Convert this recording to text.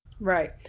Right